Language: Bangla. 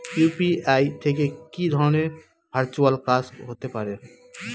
ইউ.পি.আই থেকে কি ধরণের ভার্চুয়াল কাজ হতে পারে?